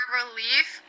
relief